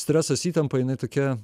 stresas įtampa jinai tokia